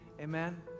Amen